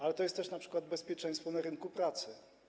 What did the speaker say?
Ale chodzi tu też np. o bezpieczeństwo na rynku pracy.